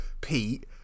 Pete